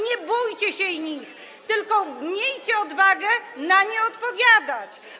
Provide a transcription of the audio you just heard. Nie bójcie się ich, tylko miejcie odwagę na nie odpowiadać.